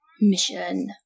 Mission